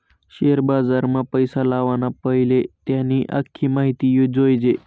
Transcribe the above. share बजारमा पैसा लावाना पैले त्यानी आख्खी माहिती जोयजे